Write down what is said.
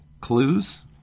clues